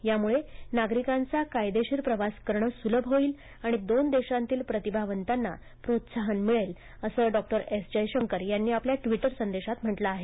यामुळे नागरिकांचा कायदेशीर प्रवास करणे सुलभ होईल आणि दोन देशांतील प्रतिभावंतांना प्रोत्साहन मिळेल असं डॉ एस जयशंकर यांनी आपल्या ट्विटर संदेशांत म्हटलं आहे